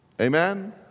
Amen